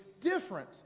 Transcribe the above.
different